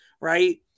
right